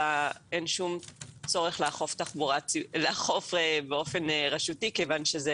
אין שום צורך לאכוף באופן רשותי כיוון שזה